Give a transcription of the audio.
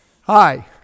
Hi